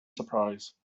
surprise